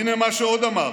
הינה מה שעוד אמר.